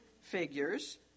figures